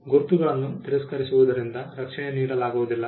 ಗುರುತುಗಳನ್ನು ತಿರಸ್ಕರಿಸುವುದರಿಂದ ರಕ್ಷಣೆ ನೀಡಲಾಗುವುದಿಲ್ಲ